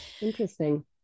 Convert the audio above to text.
interesting